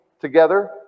together